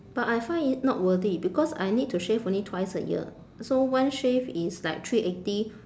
but I find it not worth it because I need to shave only twice a year so one shave is like three eighty